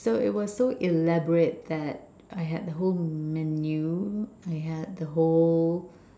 so it was so elaborate that I had a whole menu I had the whole